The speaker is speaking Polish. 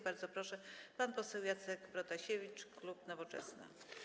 Bardzo proszę, pan poseł Jacek Protasiewicz, klub Nowoczesna.